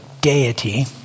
deity